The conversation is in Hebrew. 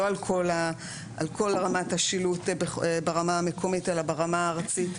לא על כל רמת השילוט ברמה המקומית אלא ברמה הארצית,